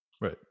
right